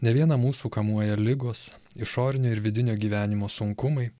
ne vieną mūsų kamuoja ligos išorinio ir vidinio gyvenimo sunkumai